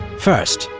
first,